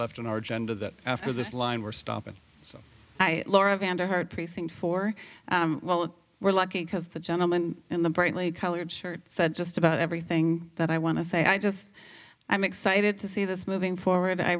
left in our gender that after this line we're stopping so i laura vanda heard precinct four well we're lucky because the gentleman in the brightly colored shirt said just about everything that i want to say i just i'm excited to see this moving forward i